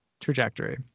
trajectory